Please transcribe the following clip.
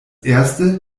erste